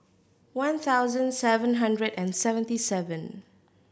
one thousand seven hundred and seventy seven